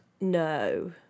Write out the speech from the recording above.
No